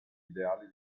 ideali